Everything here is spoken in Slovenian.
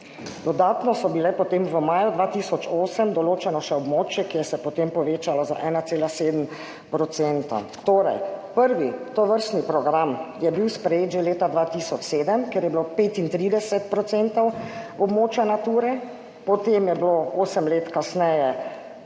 dodatno so bile potem v maju 2008 določeno še območje, ki je se potem povečalo za 1,7 %. Torej prvi tovrstni program je bil sprejet že leta 2007, ker je bilo 35 % območja Nature, potem je bilo osem let kasneje